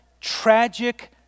tragic